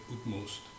utmost